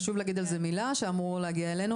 חשוב להגיד על זה מילה שיש חוק שאמור להגיע אלינו.